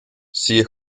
sigue